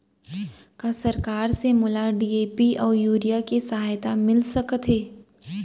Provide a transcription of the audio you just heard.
का सरकार से मोला डी.ए.पी अऊ यूरिया के सहायता मिलिस सकत हे?